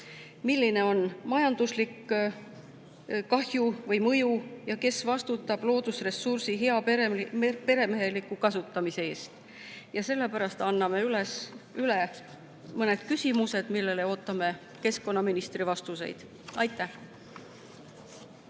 milline on majanduslik kahju või mõju ja kes vastutab loodusressursi heaperemeheliku kasutamise eest. Sellepärast anname üle mõned küsimused, millele ootame keskkonnaministri vastuseid. Aitäh!